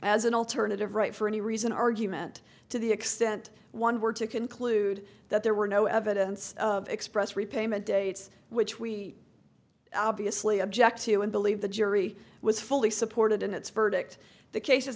as an alternative right for any reason argument to the extent one were to conclude that there were no evidence of express repayment dates which we obviously object to and believe the jury was fully supported in its verdict the cases